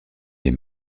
les